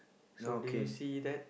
so did you see that